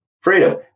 freedom